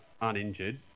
uninjured